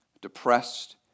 Depressed